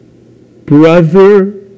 Brother